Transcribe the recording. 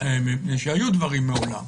מפני שהיו דברים מעולם.